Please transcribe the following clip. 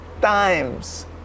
times